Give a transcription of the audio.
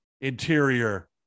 Interior